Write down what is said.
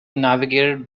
navigated